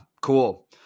cool